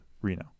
Reno